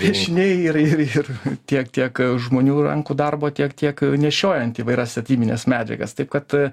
piešiniai ir ir ir tiek tiek žmonių rankų darbo tiek tiek nešiojant įvairias statybines medžiagas taip kad